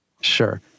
Sure